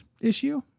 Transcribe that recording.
issue